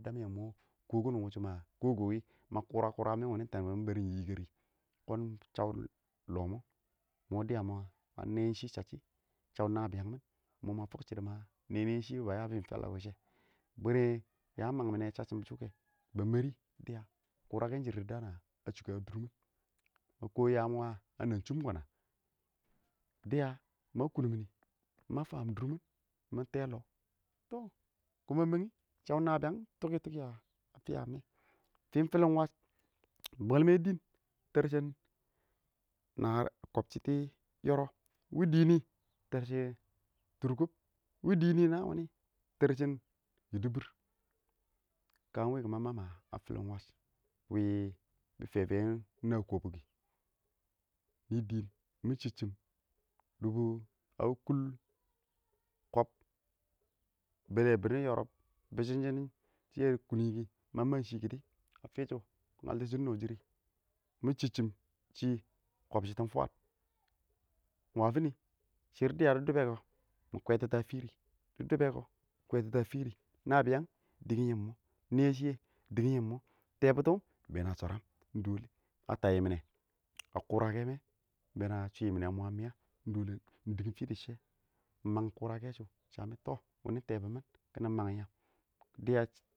damyɛn mɔ kɔkɔn wushɔ ma kʊrakɛ ma kura kura wɛ mɪ ɪng tɛɛn mɪ ma yikɛ shɔkɛ kʊn shau lɔ mɔ dɪya mo ma nɛ ɪng shɔ chabsin shau nabiyang mɪn mɔ ma fuk fuk shɪdɔ manɛ shɪ ba ya fin fɪlɪn washɛ bwɛrɛ ya a mang mɪnɛ shashim wasshɔns kɛ ba mɛrɪ dɪya kʊrakɛn shɛ dɪ daan a chukɛwi a dʊr mɪn ma kʊ yaam wa a nam chub kana? dɪya ma kʊn mini ma faam durmin mɪ tɛɛ lɔ kɔn ma mang nɪ shɔw nabiyang a fɪya mɔ fɪɪn fɪlɪn wash, bwɛlmɛ dɪɪn tɛrsin kɔb shɪtɪ yɔrɔb, wɪ dii ni tɛrshɪ turkub, wɪ diɪ nanin wini tɛrshin yɪdɪbɪr kan wɛ kʊ ma man a fɪlɪn wash wɪ bɪ fɛfɛwɛ ɪng na kibɔ kɪ nii dɪɪn mɪ chibshim a wɪ kʊl kɔb bɛlɛ bɪnɪ yɔrɔb bɪshɪn shiyɛ dɪ kuni kɪ ma man shɪ a fishu bɪ ngaltɔ shɪn mɪ chɪb shɪn shɪ kɪ ɪng kibshitin fwaad ɪng wafin shɪrr dɪya a disbɛ kʊ mɪ kwɛtitɔ a fɪrɪ dɪ dʊbɛ kʊ mɪ kwantitɔ a fɪrɪ dɪ dʊbɛ kʊ mɪ kwaɛtitɔ a fɪrɪ nabiyand dingyin mʊ nɛɛ shiyɛ dingim mʊ tɛɛ butɔ ɪng bɛɛn a shwaram a tayyiminɛ a kʊrakɛ mɛ ɪng bɛɛn a shuyiminɛ a miya ɪng dɪng fɪ dɪ shɪrr ɪng mang kʊrakɛ shʊ, ɪng shamɪ tɔ wʊnɪ tɛbʊnmɪn kɪnɪ mang yam dɪya.